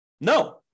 No